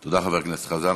תודה, חבר הכנסת חזן.